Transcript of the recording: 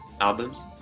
albums